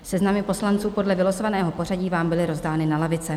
Seznamy poslanců podle vylosovaného pořadí vám byly rozdány na lavice.